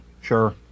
Sure